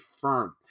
firm